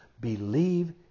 believe